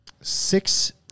Six